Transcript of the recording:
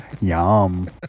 Yum